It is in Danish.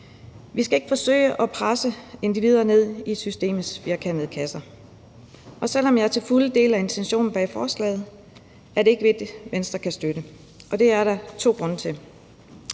Vi skal ikke forsøge at presse individer ned i systemets firkantede kasser. Og selv om jeg til fulde deler intentionen bag forslaget, er det ikke et, Venstre kan støtte. Det er der to grunde til.